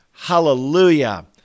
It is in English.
Hallelujah